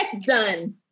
Done